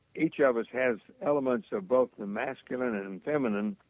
each of us has elements of both the masculine and and feminine.